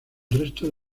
resto